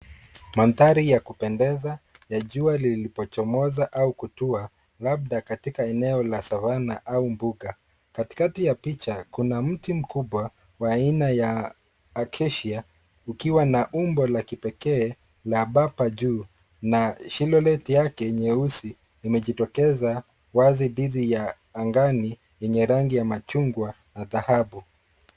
Mandhari ya kupendeza ya jua lilipochomoza au kutua, labda katika eneo la Savana au mbuga. Katikati ya picha kuna mti mkubwa wa aina ya acacia ukiwa na umbo la kipekee la bapa juu na shinolet yake nyeusi imejitokeza wazi dhidi ya angani yenye rangi ya machungwa na dhahabu.